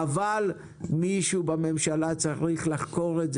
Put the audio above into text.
מישהו בממשלה צריך לחקור את זה.